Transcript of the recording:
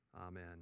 Amen